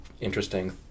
interesting